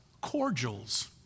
cordials